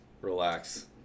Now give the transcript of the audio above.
Relax